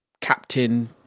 captain